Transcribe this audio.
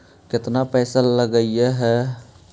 केतना पैसा लगय है?